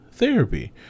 therapy